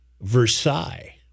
versailles